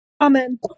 Amen